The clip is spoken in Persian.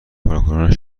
کارکنان